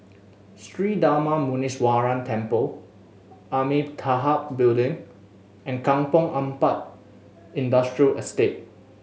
Sri Darma Muneeswaran Temple Amitabha Building and Kampong Ampat Industrial Estate